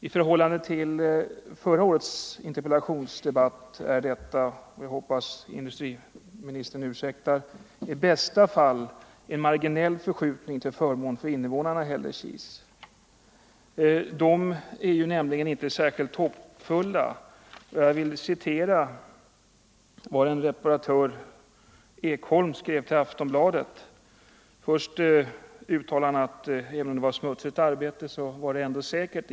I förhållande till vad som kom ut av förra årets interpellationsdebatt är detta — jag hoppas industriministern ursäktar vad jag säger nu — i bästa fall en marginell förskjutning till förmån för invånarna i Hällekis. De är nämligen inte särskilt hoppfulla. Jag vill citera vad en reparatör Ekholm skrev till Aftonbladet. Först uttalar han att även om arbetet i cementfabriken var smutsigt var det ändå säkert.